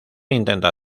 intenta